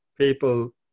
people